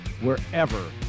wherever